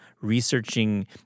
researching